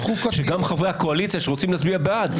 שגם חברי הקואליציה שרוצים להצביע בעד,